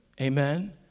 amen